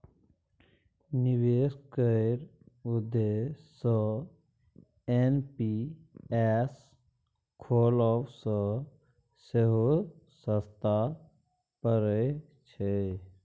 निबेश केर उद्देश्य सँ एन.पी.एस खोलब सँ सेहो सस्ता परय छै